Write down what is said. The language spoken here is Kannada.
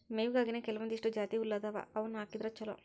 ಮೇವಿಗಾಗಿನೇ ಕೆಲವಂದಿಷ್ಟು ಜಾತಿಹುಲ್ಲ ಅದಾವ ಅವ್ನಾ ಹಾಕಿದ್ರ ಚಲೋ